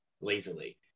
lazily